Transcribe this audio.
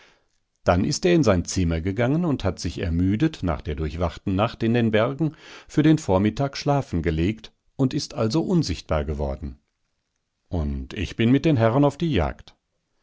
dann ist er in sein zimmer gegangen und hat sich ermüdet nach der durchwachten nacht in den bergen für den vormittag schlafen gelegt und ist also unsichtbar geworden und ich bin mit den herren auf die jagd